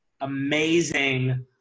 amazing